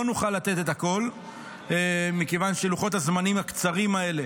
לא נוכל לתת הכול מכיוון שלוחות הזמנים הקצרים האלה